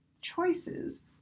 choices